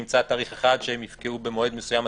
נמצא תאריך אחד שהם יפקעו במועד מסוים עתידי,